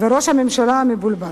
ועל ראש הממשלה המבולבל.